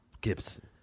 Gibson